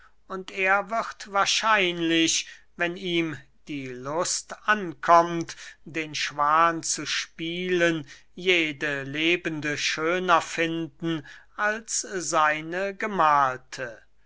und er wird wahrscheinlich wenn ihm die lust ankommt den schwan zu spielen jede lebende schöner finden als seine gemahlte